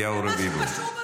אליהו רביבו.